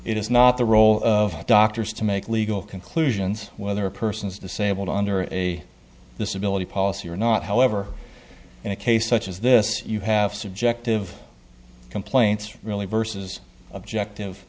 it is not the role of doctors to make legal conclusions whether a person is disabled under a disability policy or not however in a case such as this you have subjective complaints really versus objective